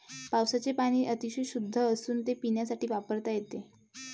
पावसाचे पाणी अतिशय शुद्ध असून ते पिण्यासाठी वापरता येते